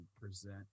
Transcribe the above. present